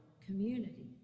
community